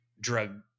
drug